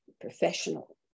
professional